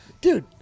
Dude